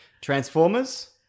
Transformers